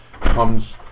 Comes